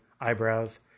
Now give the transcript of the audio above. eyebrows